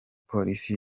polisi